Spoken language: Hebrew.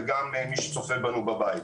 וגם מי שצופה בנו מהבית.